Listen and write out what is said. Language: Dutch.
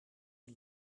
een